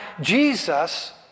Jesus